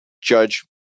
Judge